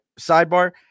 sidebar